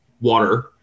water